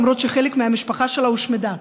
למרות שחלק מהמשפחה שלה הושמדה.